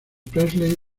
presley